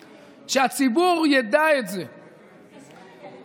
שהציבור ידע את זה, ג.